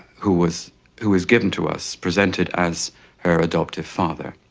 who was who was given to us, presented, as her adoptive father.